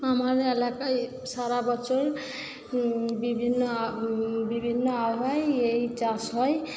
আমাদের এলাকায় সারাবছর বিভিন্ন বিভিন্ন আবহাওয়ায় এই চাষ হয়